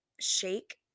shake